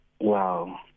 wow